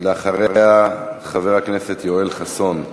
אחריה, חבר הכנסת יואל חסון.